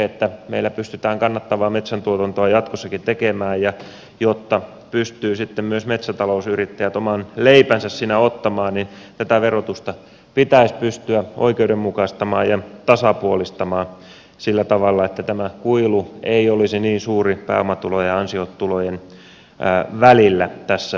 jotta meillä pystytään kannattavaa metsäntuotantoa jatkossakin tekemään ja jotta pystyvät sitten myös metsätalousyrittäjät oman leipänsä siinä ottamaan tätä verotusta pitäisi pystyä oikeudenmukaistamaan ja tasapuolistamaan sillä tavalla että kuilu ei olisi niin suuri pääomatulojen ja ansiotulojen välillä tässä asiassa